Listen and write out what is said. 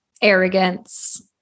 Arrogance